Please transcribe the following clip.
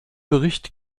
bericht